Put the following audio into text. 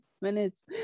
minutes